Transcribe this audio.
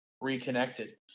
reconnected